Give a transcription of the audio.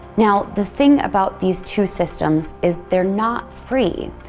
now, the thing about these two systems is they're not free,